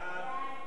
סעיפים 1 2 נתקבלו.